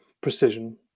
precision